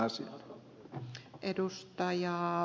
arvoisa rouva puhemies